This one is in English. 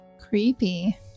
Creepy